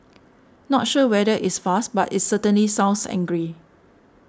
not sure whether it's fast but it's certainly sounds angry